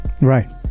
Right